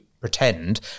pretend